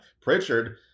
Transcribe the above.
Pritchard